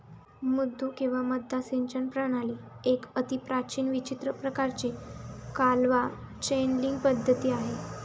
मुद्दू किंवा मद्दा सिंचन प्रणाली एक अतिप्राचीन विचित्र प्रकाराची कालवा चॅनलींग पद्धती आहे